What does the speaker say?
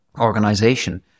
organization